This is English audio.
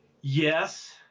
Yes